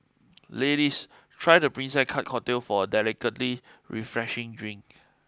ladies try the Princess Cut cocktail for a delicately refreshing drink